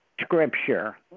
scripture